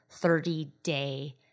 30-day